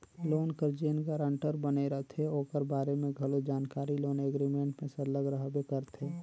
loan कर जेन guarantor बने रहथे ओकर बारे में घलो जानकारी लोन एग्रीमेंट में सरलग रहबे करथे